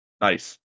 Nice